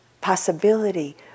possibility